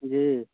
जी